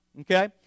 okay